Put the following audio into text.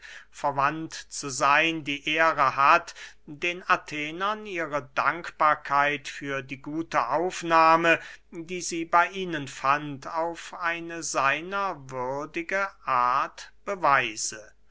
verwandt zu seyn die ehre hat den athenern ihre dankbarkeit für die gute aufnahme die sie bey ihnen fand auf eine seiner würdige art beweise